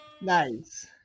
Nice